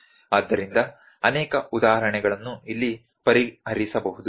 ಆದ್ದರಿಂದ ಅನೇಕ ಉದಾಹರಣೆಗಳನ್ನು ಇಲ್ಲಿ ಪರಿಹರಿಸಬಹುದು